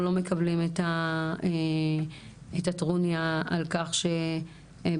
אנחנו לא מקבלים את הטרוניה על כך שבעצם,